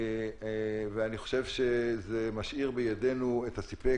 ואני חושב שזה משאיר בידינו את הסִפֵּק